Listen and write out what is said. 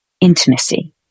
intimacy